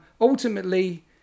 Ultimately